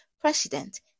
President